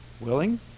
Willing